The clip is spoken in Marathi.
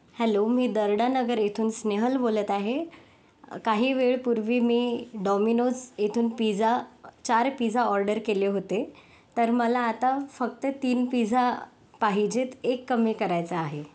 हॅलो मी दरडानगर येथून स्नेहल बोलत आहे काही वेळ पूर्वी मी डॉमिनॉज इथून पिझा चार पिझा ऑर्डर केले होते तर मला आता फक्त तीन पिझा पाहिजेत एक कमी करायचा आहे